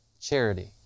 charity